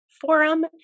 Forum